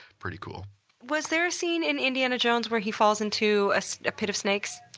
pretty cool was there a scene in indiana jones where he falls into ah so a pit of snakes?